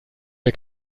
wir